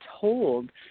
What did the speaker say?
told